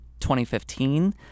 2015